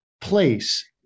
place